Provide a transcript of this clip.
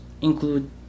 include